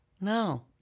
No